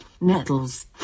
Nettles